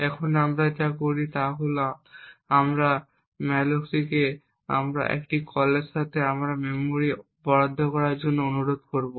এখন আমরা আবার যা করি তা হল আমরা ম্যালোকে এই কলের সাথে আবার মেমরি বরাদ্দ করার জন্য অনুরোধ করব